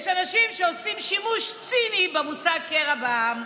יש אנשים שעושים שימוש ציני במושג "קרע בעם".